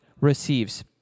receives